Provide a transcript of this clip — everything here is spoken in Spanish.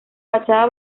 fachada